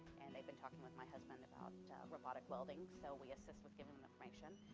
and they've been talking with my husband about robotic welding, so we assist with giving information.